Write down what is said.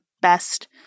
best